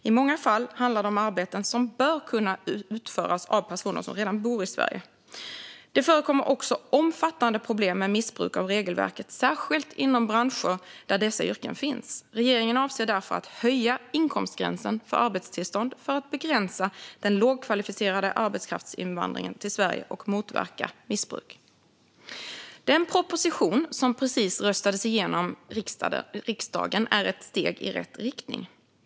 I många fall handlar det om arbeten som bör kunna utföras av personer som redan bor i Sverige. Det förekommer också omfattande problem med missbruk av regelverket, särskilt inom branscher där dessa yrken finns. Regeringen avser därför att höja inkomstgränsen för arbetstillstånd för att begränsa den lågkvalificerade arbetskraftsinvandringen till Sverige och motverka missbruk. Den proposition som precis röstades igenom i riksdagen är ett steg i rätt riktning.